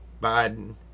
Biden